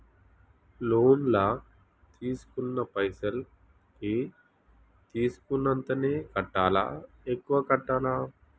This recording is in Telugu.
లోన్ లా తీస్కున్న పైసల్ కి తీస్కున్నంతనే కట్టాలా? ఎక్కువ కట్టాలా?